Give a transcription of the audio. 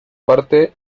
parte